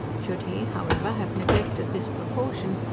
should he, however, have neglected this precaution,